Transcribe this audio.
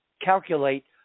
calculate